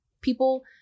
people